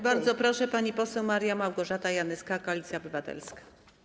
Bardzo proszę, pani poseł Maria Małgorzata Janyska, Koalicja Obywatelska.